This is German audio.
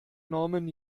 norman